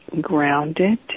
grounded